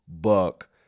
buck